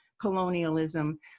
colonialism